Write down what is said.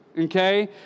okay